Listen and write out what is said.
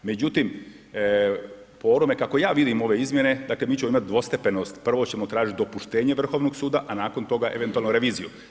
Međutim, po onome kako ja vidim ove izmjene, dakle mi ćemo imati dvostepenost, prvo ćemo tražiti dopuštenje Vrhovnog suda a nakon toga eventualno reviziju.